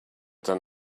then